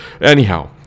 Anyhow